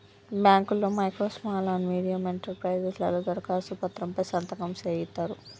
బాంకుల్లో micro small and medium enterprises లలో దరఖాస్తు పత్రం పై సంతకం సేయిత్తరు